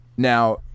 Now